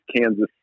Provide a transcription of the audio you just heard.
Kansas